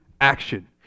action